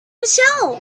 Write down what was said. michelle